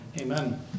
Amen